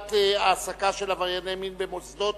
למניעת העסקה של עברייני מין במוסדות